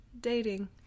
dating